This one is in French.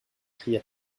cria